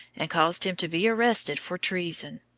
and caused him to be arrested for treason.